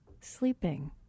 sleeping